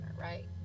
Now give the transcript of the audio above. right